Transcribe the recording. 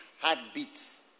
heartbeats